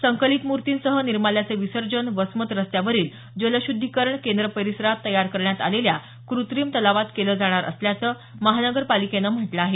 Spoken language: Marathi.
संकलित मूर्तींसह निर्माल्याचे विसर्जन वसमत रस्त्यावरील जलश्रद्धीकरण केंद्र परिसरात तयार करण्यात आलेल्या कृत्रिम तलावात केलं जाणार असल्याचं महापालिकेनं म्हटलं आहे